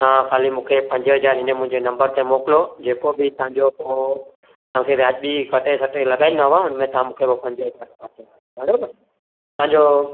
तव्हां ख़ाली मूंखे पंज हज़ार हिन मुंहिंजे नम्बर ते मोकिलियो जेको बि तव्हांजो पोइ तव्हांखे वाजिबी कटे सटे लॻाईंदोमांव उन में तव्हां मूंखे पोइ पंज हज़ार बरोबरु हलो पंहिंजो